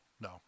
No